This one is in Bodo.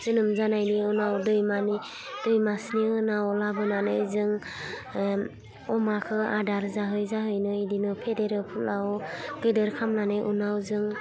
जोनोम जानायनि उनाव दुइमासनि उनाव लाबोनानै जों अमाखौ आदार जाहोयै जाहोयैनो बिदिनो फेदेरो फोलावो गेदोर खालामनानै उनाव जों